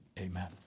Amen